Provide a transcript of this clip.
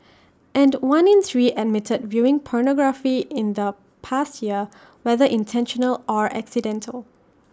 and one in three admitted viewing pornography in the past year whether intentional or accidental